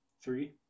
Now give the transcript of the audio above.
Three